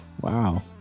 Wow